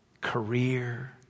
career